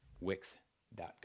Wix.com